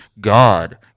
God